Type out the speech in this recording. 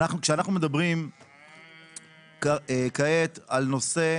כשאנחנו מדברים כעת על נושא